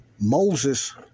Moses